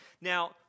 Now